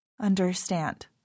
understand